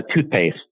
toothpaste